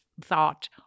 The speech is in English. thought